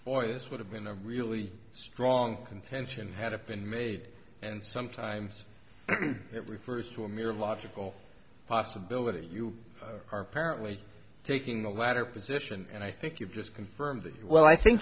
or this would have been a really strong contention had it been made and sometimes it refers to a mere logical possibility you are apparently taking the latter position and i think you've just confirmed that well i think